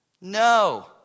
No